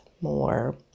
more